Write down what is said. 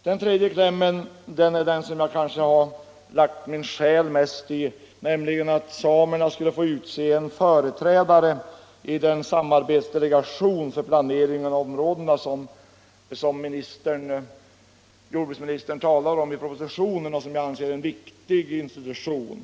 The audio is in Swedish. Den tredje klämmen ligger mig kanske mest om hjärtat, nämligen att samerna får utse företrädare i den delegation för planering av områdena som jordbruksministern talar om i propositionen och som jag anser vara en viktig institution.